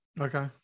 Okay